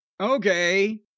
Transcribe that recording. Okay